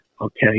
Okay